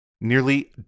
nearly